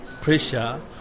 pressure